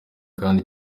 kandi